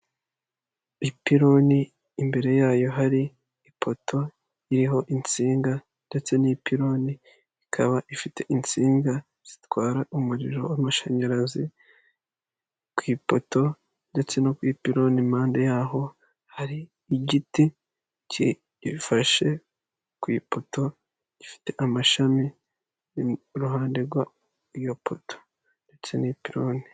Ipironi imbere yayo hari ipoto iriho insinga ndetse n'ipironi ikaba ifite insinga zitwara umuriro w'amashanyarazi, kw'ipoto ndetse no kw'ipironi impande yaho hari igiti gifashe kw'ipoto gifite amashami iruhande rw'iyo poto ndetse n'ipironi.